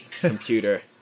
computer